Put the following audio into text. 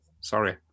Sorry